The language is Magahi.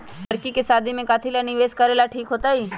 लड़की के शादी ला काथी में निवेस करेला ठीक होतई?